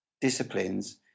disciplines